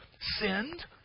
sinned